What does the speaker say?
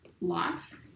life